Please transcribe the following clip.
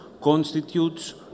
constitutes